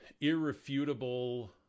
irrefutable